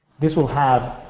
this will have,